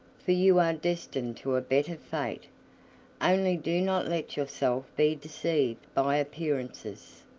for you are destined to a better fate. only do not let yourself be deceived by appearances.